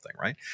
right